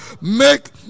make